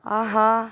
ஆஹா